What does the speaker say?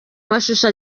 mashusho